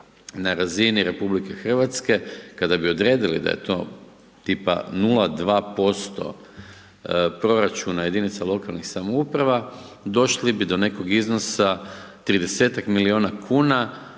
na razini RH, kada bi odredili da je to tipa 0,2% proračuna jedinice lokalne samouprave došli bi do nekog iznosa 30-tak milijuna kuna